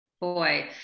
Boy